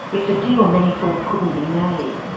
it's a deal many thought couldn't be made.